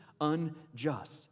unjust